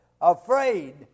afraid